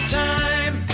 time